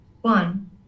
one